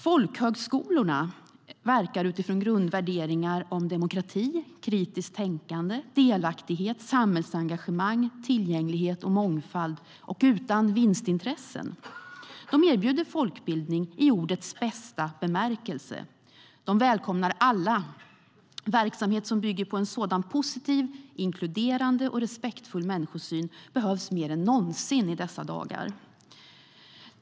Folkhögskolorna verkar utifrån grundvärderingar som demokrati, kritiskt tänkande, delaktighet, samhällsengagemang, tillgänglighet och mångfald - utan vinstintresse. De erbjuder folkbildning i ordets bästa bemärkelse. De välkomnar alla. Verksamhet som bygger på en sådan positiv, inkluderande och respektfull människosyn behövs mer än någonsin i dessa dagar.